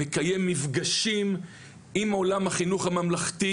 מקיים מפגשים עם עולם החינוך הממלכתי,